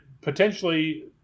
potentially –